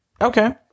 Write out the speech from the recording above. Okay